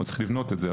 עוד צריך לבנות את זה,